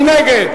מי נגד?